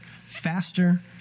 faster